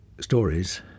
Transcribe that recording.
stories